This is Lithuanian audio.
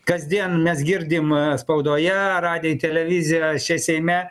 kasdien mes girdim spaudoje radijuj televizijoj čia seime